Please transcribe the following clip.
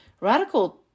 radical